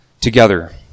together